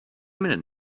minute